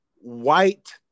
white